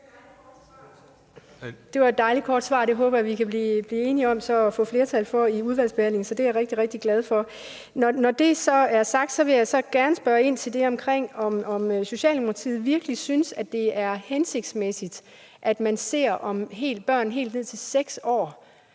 Det var et dejlig kort svar. Det håber jeg vi kan blive enige om og få flertal for under udvalgsbehandlingen, så det er jeg rigtig, rigtig glad for. Når det er sagt, vil jeg gerne spørge om, om Socialdemokratiet virkelig synes, det er hensigtsmæssigt, at man fremadrettet ved hjælp af